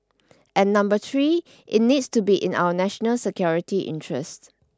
and number three it needs to be in our national security interests